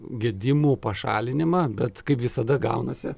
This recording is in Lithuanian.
gedimų pašalinimą bet kaip visada gaunasi